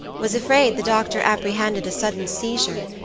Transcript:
was afraid the doctor apprehended a sudden seizure,